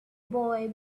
boy